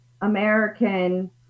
american